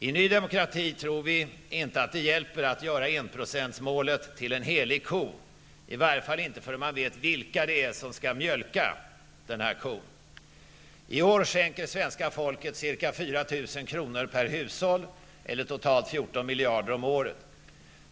I nydemokrati tror vi inte att det hjälper att göra enprocentsmålet till en helig ko, i varje fall inte förrän man vet vilka som skall mjölka den kon. I år skänker svenska folket ca 4 000 kr. per hushåll eller totalt 14 miljarder om året.